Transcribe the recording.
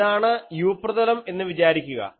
ഇതാണ് u പ്രതലം എന്ന് വിചാരിക്കുക